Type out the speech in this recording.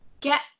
get